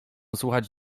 słuchać